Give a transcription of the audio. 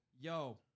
yo